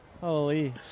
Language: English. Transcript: Holy